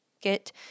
get